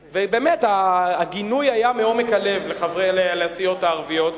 ובאמת, הגינוי היה מעומק הלב לסיעות הערביות.